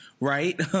right